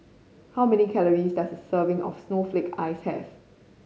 how many calories does a serving of snowflake ice have